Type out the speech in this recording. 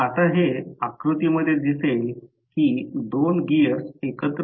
तर आशा आहे की त्या इंडक्शन मशीन चे मूलभूत तत्त्व ज्यामुळे कोणतीही समस्या उद्भवणार नाही